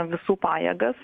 visų pajėgas